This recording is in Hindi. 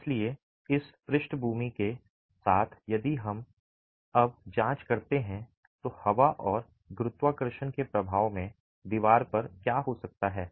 इसलिए इस पृष्ठभूमि के साथ यदि हम अब जांच करते हैं तो हवा और गुरुत्वाकर्षण के प्रभाव में दीवार पर क्या हो सकता है